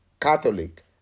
Catholic